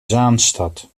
zaanstad